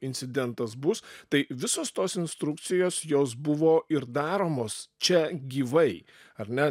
incidentas bus tai visos tos instrukcijos jos buvo ir daromos čia gyvai ar ne